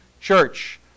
church